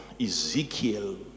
Ezekiel